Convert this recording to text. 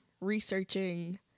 researching